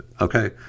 Okay